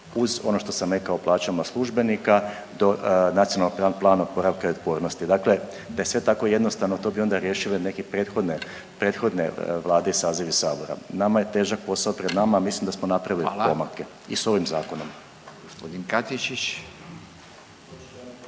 uz ono što sam rekao plaćama službenika do Nacionalnog plana oporavka i otpornosti. Dakle, da je sve tako jednostavno to bi onda riješile neke prethodne, prethodne vlade i sazivi sabora. Nama je težak posao pred nama, mislim da smo napravili pomake …/Upadica: Hvala./… i s ovim zakonom.